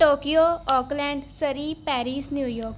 Tokyo Oakland Surrey Paris New York